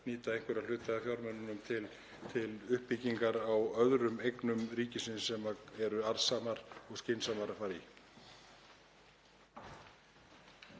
nýta einhverja hluta af fjármununum til uppbyggingar á öðrum eignum ríkisins sem eru arðsamar og er skynsamlegt að fara í.